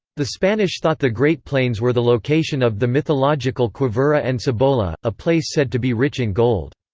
the spanish thought the great plains were the location of the mythological quivira and cibola, a place said to be rich in gold.